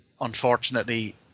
unfortunately